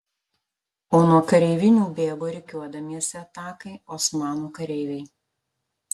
o nuo kareivinių bėgo rikiuodamiesi atakai osmanų kareiviai